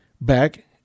back